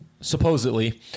supposedly